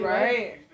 right